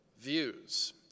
views